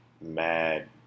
mad